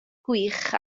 gwych